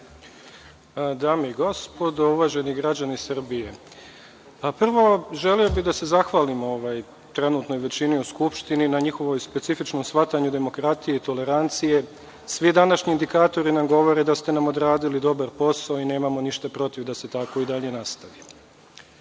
Dame i gospodo, uvaženi građani Srbije, prvo želeo bih da se zahvalim trenutnoj većini u Skupštini na njihovom specifičnom shvatanju demokratije i tolerancije. Svi današnji indikatori nam govore da ste nam odradili dobar posao i nemamo ništa protiv da se tako i dalje nastavi. Svako